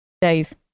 days